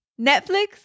Netflix